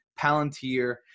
Palantir